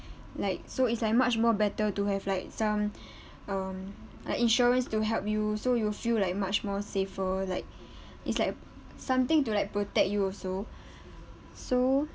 like so it's like much more better to have like some um uh insurance to help you so you feel like much more safer like it's like something to like protect you also so